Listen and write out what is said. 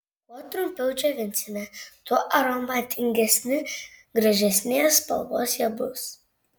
kuo trumpiau džiovinsime tuo aromatingesni gražesnės spalvos jie bus